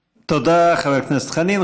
תודה, חבר הכנסת חנין.